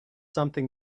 something